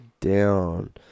down